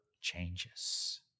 changes